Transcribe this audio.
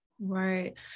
Right